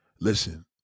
listen